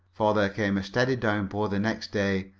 for there came a steady downpour the next day,